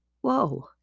Whoa